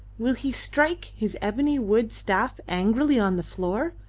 will he strike his ebony wood staff angrily on the floor,